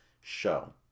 show